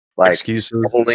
Excuses